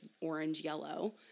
orange-yellow